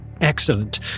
Excellent